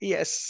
Yes